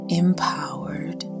empowered